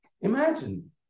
Imagine